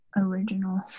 original